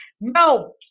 No